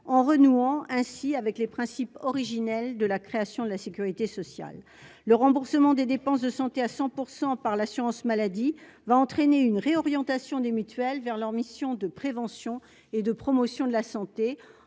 en renouant ainsi avec les principes originels de la création de la Sécurité sociale, le remboursement des dépenses de santé à 100 % par l'assurance maladie va entraîner une réorientation des mutuelles vers leur mission de prévention et de promotion de la santé